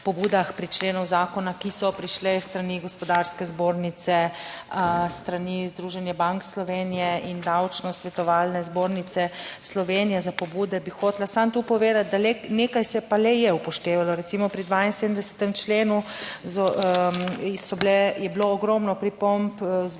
pobudah pri členu zakona, ki so prišle s strani Gospodarske zbornice, s strani Združenja bank Slovenije in Davčno svetovalne zbornice Slovenije. Za pobude bi hotela samo povedati, da nekaj se pa le je upoštevalo. Recimo, pri 72. členu je bilo ogromno pripomb